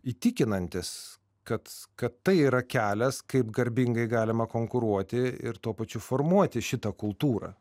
įtikinantis kad kad tai yra kelias kaip garbingai galima konkuruoti ir tuo pačiu formuoti šitą kultūrą